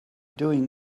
doing